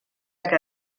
que